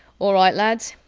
all right, lads,